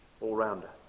all-rounder